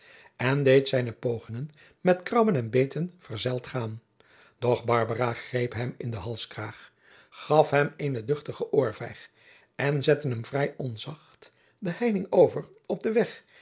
en deed zijne pogingen met krabben en beten verzeld gaan doch barbara greep hem in de halskraag gaf hem eenen duchtigen oorvijg en zette hem vrij onzacht de heining over op den weg